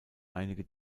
einige